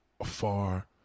afar